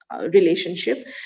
relationship